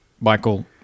Michael